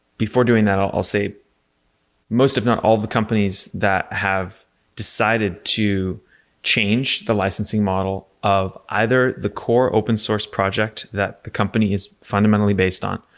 before doing that, i'll say most, if not all the companies that have decided to change the licensing model of either the core open source project that the company is fundamentally based on,